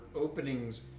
openings